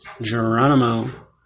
Geronimo